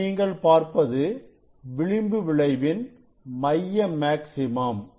இதில் நீங்கள் பார்ப்பது விளிம்பு விளைவின் மைய மேக்ஸிமம்